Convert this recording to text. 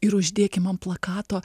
ir uždėkim ant plakato